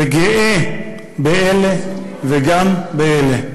וגאה באלה וגם באלה.